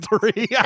three